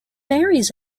marries